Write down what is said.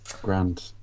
Grand